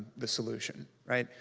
the solution, right.